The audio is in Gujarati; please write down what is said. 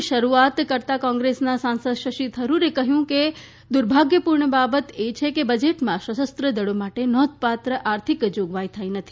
ચર્ચાની શરૂઆત કરતાં કોંગ્રેસના સાંસદ શશી થરૂરે કહ્યું કે દુર્ભાગ્યપૂર્ણ બાબત છે કે બજેટમાં સશસ્ત્ર દળો માટે નોંધપાત્ર આર્થિક જોગવાઈ થઈ નથી